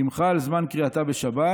אם חל זמן קריאתה בשבת,